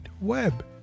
Web